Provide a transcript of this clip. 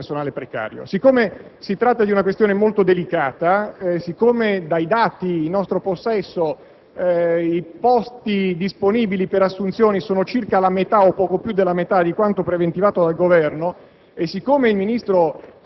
per le assunzioni di personale precario. Siccome si tratta di una questione molto delicata, siccome dai dati in nostro possesso risulta che i posti disponibili per le assunzioni sono circa la metà o poco più di quanto preventivato dal Governo